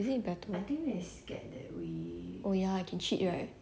isn't it better oh ya can cheat right